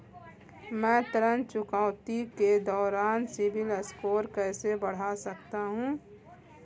मैं ऋण चुकौती के दौरान सिबिल स्कोर कैसे बढ़ा सकता हूं?